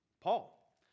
Paul